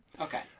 Okay